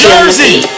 Jersey